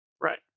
Right